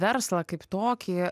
verslą kaip tokį